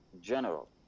general